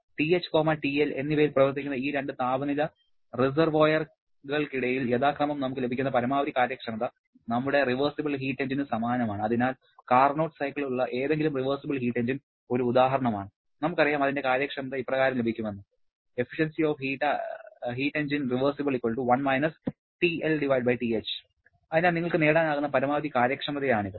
TH TL എന്നിവയിൽ പ്രവർത്തിക്കുന്ന ഈ രണ്ട് താപനില റിസർവോയറുകൾക്കിടയിൽ യഥാക്രമം നമുക്ക് ലഭിക്കുന്ന പരമാവധി കാര്യക്ഷമത നമ്മുടെ റിവേർസിബിൾ എഞ്ചിന് സമാനമാണ് അതിനാൽ കാർനോട്ട് സൈക്കിൾ ഉള്ള ഏതെങ്കിലും റിവേർസിബിൾ ഹീറ്റ് എഞ്ചിൻ ഒരു ഉദാഹരണമാണ് നമുക്ക് അറിയാം അതിന്റെ കാര്യക്ഷമത ഇപ്രകാരം ലഭിക്കുമെന്ന് അതിനാൽ നിങ്ങൾക്ക് നേടാനാകുന്ന പരമാവധി കാര്യക്ഷമതയാണിത്